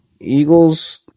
Eagles